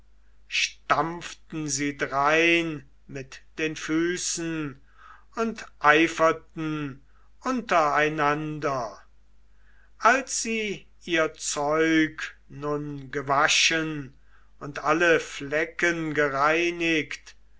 stampften sie drein mit den füßen und eiferten untereinander als sie ihr zeug nun gewaschen und alle flecken gereinigt